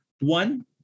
One